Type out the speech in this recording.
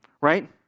Right